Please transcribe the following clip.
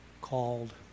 called